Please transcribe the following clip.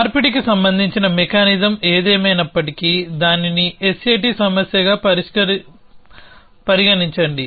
మార్పిడికి సంబంధించిన మెకానిజం ఏదైనప్పటికీ దానిని SAT సమస్యగా పరిగణించండి